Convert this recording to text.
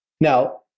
Now